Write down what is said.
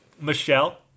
Michelle